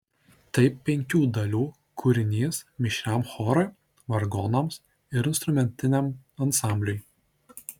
tai penkių dalių kūrinys mišriam chorui vargonams ir instrumentiniam ansambliui